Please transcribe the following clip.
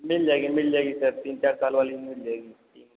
मिल जाएगी मिल जाएगी सर तीन चार साल वाली मिल जाएगी तीन